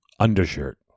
Undershirt